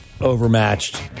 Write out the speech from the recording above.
overmatched